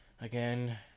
again